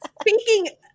Speaking